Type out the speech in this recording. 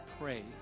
pray